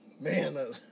man